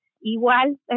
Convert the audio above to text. igual